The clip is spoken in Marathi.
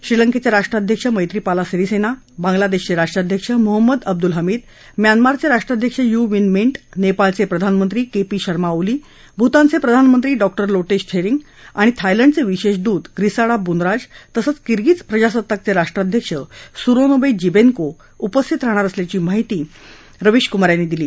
श्रीलंकेचे राष्ट्राध्यक्ष मैत्रिपाल सिरिसेना बांग्लादेशचे राष्ट्राध्यक्ष मोहम्मद अब्दुल हमीद म्यानमारचे राष्ट्राध्यक्ष यु वीन मिंट नेपाळचे प्रधानमंत्री के पी शर्मा ओली भूतानचे प्रधानमंत्री डॉक्टर लोटे त्शेरिंग आणि थायलंडचे विशेष दूत ग्रीसाडा बूनराज तसंच किर्गीज प्रजासत्ताकचे राष्ट्राध्यक्ष सूरोनवे जीन्बेको उपस्थित राहणार असल्याची माहिती परराष्ट्र व्यवहार मंत्रालयाचे प्रवक्ते रविश कुमार यांनी दिली